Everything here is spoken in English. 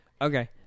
Okay